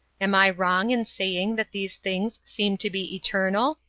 am i wrong in saying that these things seem to be eternal?